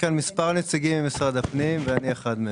מספר נציגים ממשרד הפנים, ואני אחד מהם.